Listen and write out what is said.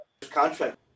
contract